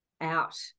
out